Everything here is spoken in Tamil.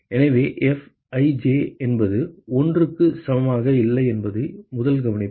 எனவே Fij என்பது 1 க்கு சமமாக இல்லை என்பது முதல் கவனிப்பு